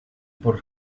por